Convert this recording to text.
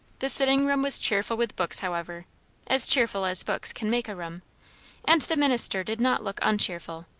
the sitting-room was cheerful with books, however as cheerful as books can make a room and the minister did not look uncheerful,